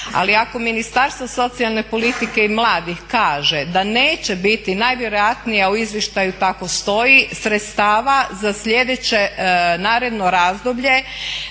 ali ako Ministarstvo socijalne politike i mladih kaže da neće biti najvjerojatnije, a u izvještaju tako stoji, sredstava za sljedeće naredno razdoblje